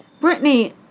Brittany